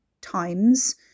times